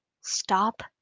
Stop